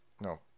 No